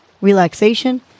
relaxation